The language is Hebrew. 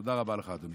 תודה רבה לך, אדוני.